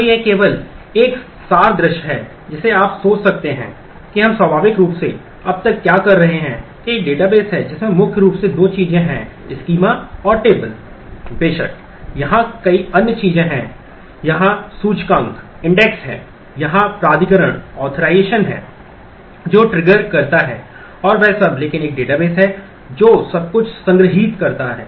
तो यह केवल एक सार दृश्य है जिसे आप सोच सकते हैं कि हम स्वाभाविक रूप से अब तक क्या कर रहे हैं एक डेटाबेस है जिसमें मुख्य रूप से दो चीजें हैं स्कीमा करता है और वह सब लेकिन एक डेटाबेस है जो सब कुछ संग्रहीत करता है